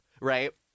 right